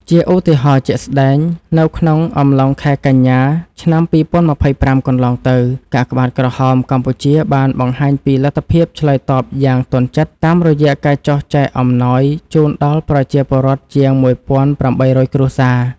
ជាឧទាហរណ៍ជាក់ស្ដែង នៅក្នុងអំឡុងខែកញ្ញា ឆ្នាំ២០២៥ កន្លងទៅ កាកបាទក្រហមកម្ពុជាបានបង្ហាញពីលទ្ធភាពឆ្លើយតបយ៉ាងទាន់ចិត្ត តាមរយៈការចុះចែកអំណោយជូនដល់ប្រជាពលរដ្ឋជាង ១៨០០ គ្រួសារ។